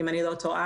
אם אני לא טועה.